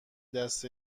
دست